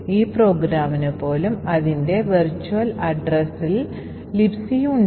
ചില കംപൈലറുകളും കാനറികൾ ചേർക്കാൻ ഹ്യൂറിസ്റ്റിക്സ് ഉപയോഗിക്കുന്നു